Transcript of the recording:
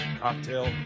cocktail